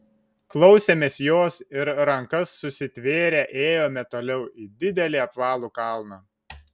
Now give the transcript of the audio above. klausėmės jos ir rankas susitvėrę ėjome toliau į didelį apvalų kalną